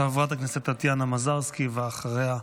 חברת הכנסת טטיאנה מזרסקי, ואחריה,